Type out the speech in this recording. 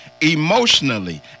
emotionally